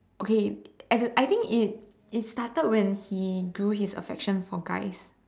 okay at the I think it it started when he grew his affection for guys